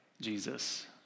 Jesus